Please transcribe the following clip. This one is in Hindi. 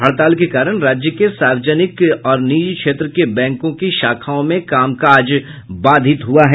हड़ताल के कारण राज्य के सार्वजनिक और निजी क्षेत्र के बैंकों की शाखाओं में कामकाज बाधित हुआ है